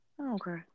Okay